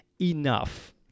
enough